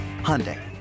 Hyundai